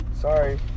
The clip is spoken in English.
sorry